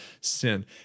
sin